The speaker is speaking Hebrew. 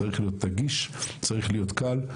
צריך להיות נגיש, צריך להיות קל,